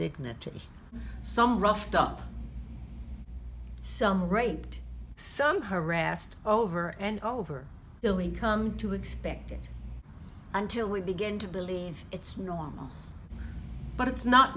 dignity some roughed up some great some harassed over and over really come to expect it until we begin to believe it's normal but it's not